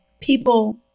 people